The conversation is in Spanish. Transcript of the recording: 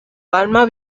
palma